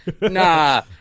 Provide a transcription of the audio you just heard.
Nah